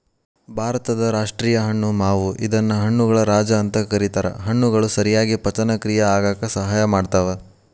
ಭಾರತದ ರಾಷ್ಟೇಯ ಹಣ್ಣು ಮಾವು ಇದನ್ನ ಹಣ್ಣುಗಳ ರಾಜ ಅಂತ ಕರೇತಾರ, ಹಣ್ಣುಗಳು ಸರಿಯಾಗಿ ಪಚನಕ್ರಿಯೆ ಆಗಾಕ ಸಹಾಯ ಮಾಡ್ತಾವ